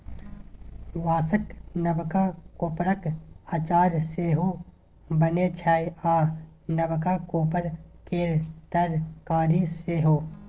बाँसक नबका कोपरक अचार सेहो बनै छै आ नबका कोपर केर तरकारी सेहो